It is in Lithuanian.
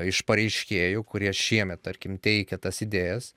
iš pareiškėjų kurie šiemet tarkim teikia tas idėjas